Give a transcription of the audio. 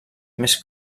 més